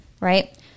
Right